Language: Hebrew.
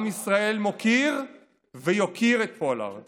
עם ישראל מוקיר ויוקיר את פולארד